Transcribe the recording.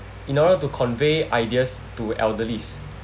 in order to convey ideas to elderly